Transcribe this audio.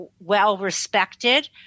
well-respected